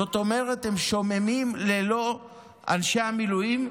זאת אומרת שהם שוממים ללא אנשי המילואים,